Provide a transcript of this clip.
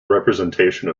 representation